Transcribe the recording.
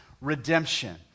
redemption